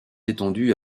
étendue